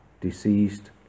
deceased